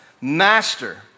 master